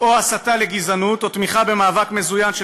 או הסתה לגזענות או תמיכה במאבק מזוין של